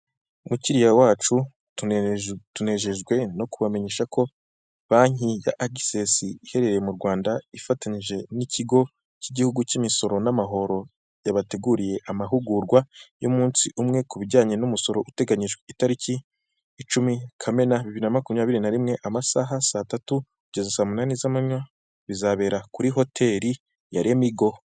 Mukiriya wacu tunejejwe no kubamenyesha ko banki ya akisesi iherereye mu Rwanda ifatanyije n'ikigo cy'igihugu cy'imisoro n'amahoro, yabateguriye amahugurwa y'umunsi umwe ku bijyanye n'umusoro uteganyijwe itariki icumi kamena bibiri na makumyabiri na rimwe amasaha saa tatu kugeza saa munani z'amanywa bizabera kuri hoteli ya remigo.